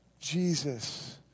Jesus